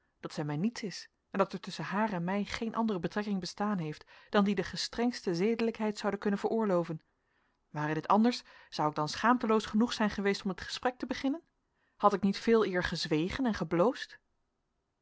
dat zij mij niets is en dat er tusschen haar en mij geene andere betrekking bestaan heeft dan die de gestrengste zedelijkheid zoude kunnen veroorloven ware dit anders zou ik dan schaamteloos genoeg zijn geweest om dit gesprek te beginnen had ik niet veeleer gezwegen en gebloosd